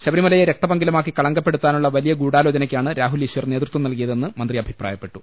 ശബരിമലയെ രക്തപങ്കിലമാക്കി കളങ്കപ്പെടുത്താനുളള വലിയ ഗൂഢാലോചനയ്ക്കാണ് രാഹുൽ ഈശ്വർ നേതൃത്വം നൽകിയതെന്ന് മന്ത്രി അഭിപ്രായപ്പെട്ടു